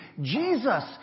Jesus